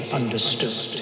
understood